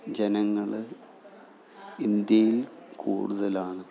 ജനങ്ങൾ ഇന്ത്യയിൽ കൂടുതലാണ്